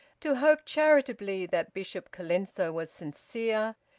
to hope charitably that bishop colenso was sincere,